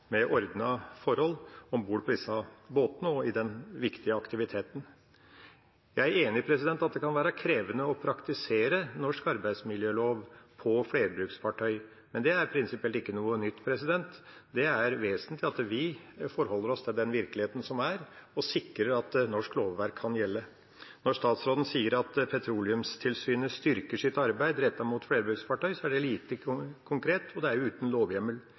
med ordnede forhold om bord på disse båtene og i den viktige aktiviteten. Jeg er enig i at det kan være krevende å praktisere norsk arbeidsmiljølov på flerbruksfartøy, men det er prinsipielt ikke noe nytt. Det er vesentlig at vi forholder oss til den virkeligheten som er, og sikrer at norsk lovverk kan gjelde. Når statsråden sier at Petroleumstilsynet styrker sitt arbeid rettet mot flerbruksfartøy, er det lite konkret, og det er uten lovhjemmel.